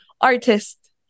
artist